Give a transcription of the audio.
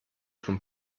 von